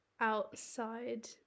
outside